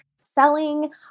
selling